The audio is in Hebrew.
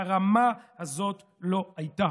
כרמה הזאת לא הייתה.